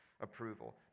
approval